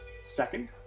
Second